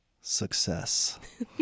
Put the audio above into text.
Success